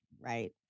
Right